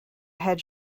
head